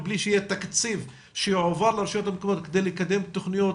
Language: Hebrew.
בלי שיהיה תקציב שיועבר לרשויות כדי לקדם תכניות,